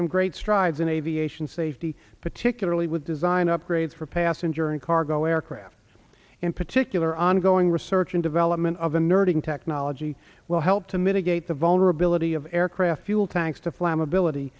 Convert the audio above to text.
some great strides in aviation safety particularly with design upgrades for passenger and cargo aircraft in particular ongoing research and development of unnerving technology will help to mitigate the vulnerability of aircraft fuel tanks to flammability